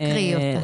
תקריאי אותה.